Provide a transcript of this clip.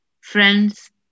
friends